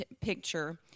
picture